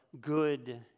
good